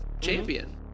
champion